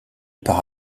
par